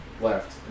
left